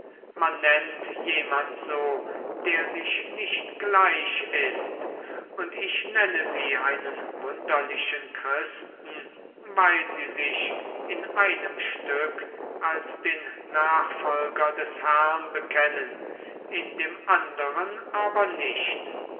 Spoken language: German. man nennt jemand so der sich nicht gleich ist und ich nenne sie einen wunderlichen christen weil sie sich in einem stück als den nachfolger des herrn bekennen in dem anderen aber nicht